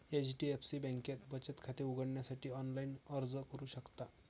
HDFC बँकेत बचत खाते उघडण्यासाठी ऑनलाइन अर्ज करू शकता